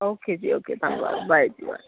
okay ਜੀ okay ਧੰਨਵਾਦ bye ਜੀ ਬਾਏ